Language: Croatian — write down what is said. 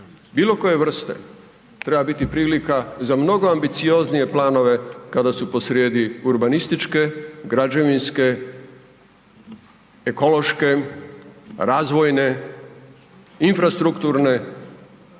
bilo koje vrste treba biti prilika za mnogo ambicioznije planove kada su posrijedi urbanističke, građevinske, ekološke, razvojne, infrastrukturne,